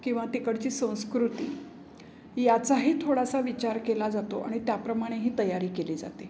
किंवा तिकडची संस्कृती याचाही थोडासा विचार केला जातो आणि त्याप्रमाणेही तयारी केली जाते